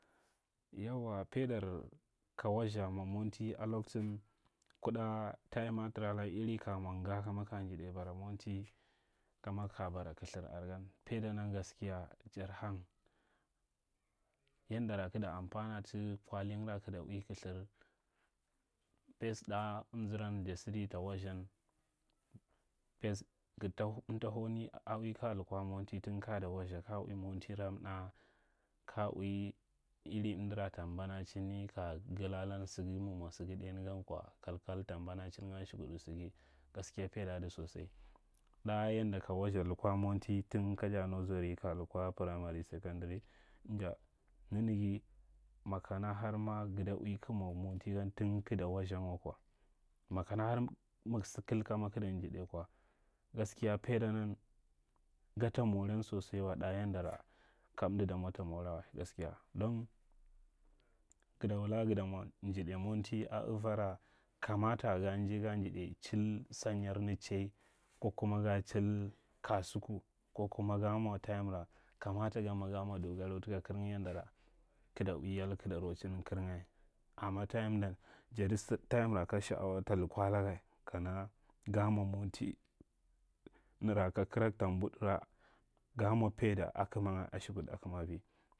Yauwa, paidar ka wastha mwa monti a loktin kaɗa tayiman a tara tan iri ka ya mwa nga kama ka jiɗai bara mati kam ka bara kirthir are gan paidannan gaskiya dar han. Yandara kig da amfana ta kwaling ra kig ta ui kilthir. Fes ɗa amzaran ta sidi ta wasthan, fes gdta, amta hauni a ui kaya lukwa monti, ton kana ta wastha kaya ui montira mna, kaya ui iri amdara ta mbanacinai ka galalan saga, ma mwa saga ɗainyi gan kwa takal ta mbana cinga ashukudu saga, gaskiya paidan sosai. Da yadda ka wastha lukwa monti tun kaja naziri kal lukwa primay, sakandiri, inja nanaga makana har ma gada ui kig mwa montigan tun kigta wasthan waka, makana har mag sa kal kama gada njiɗai kwa gaskiya paidanan gatta moran sosai wa da yandara kamda kamda damwa ta mora wa, gaskiya don gada wula, gada mwa njiɗai monti a avara kamata ga injai ga njiɗai, chil sanyar nir chai, ko kuma ga chil kasuku ko kuma ga mwa tayimra kamata ganma ga mwa dogarau taka kiraga yanda kig ta ui yal kigta rochin kirnga. Amma tayim ndan jadi sad tayinara ka shaawa talkwa laga kana ga mwa monti nara ka karag ta mbud rag a mwa paida akamavi.